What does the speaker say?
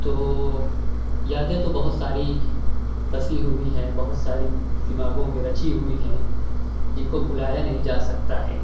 تو یادیں تو بہت ساری بسی ہوئی ہیں بہت ساری دماغوں میں رچی ہوئی ہیں جن کو بھلایا نہیں جا سکتا ہے